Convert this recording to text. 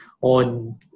on